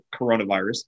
coronavirus